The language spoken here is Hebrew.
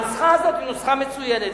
הנוסחה הזאת היא נוסחה מצוינת.